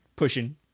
pushing